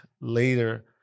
later